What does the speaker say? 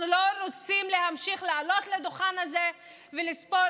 אנחנו לא רוצים להמשיך לעלות לדוכן הזה ולספור